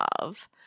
love